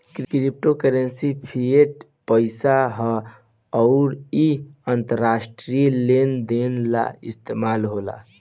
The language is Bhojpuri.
क्रिप्टो करेंसी फिएट पईसा ह अउर इ अंतरराष्ट्रीय लेन देन ला इस्तमाल होला